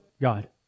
God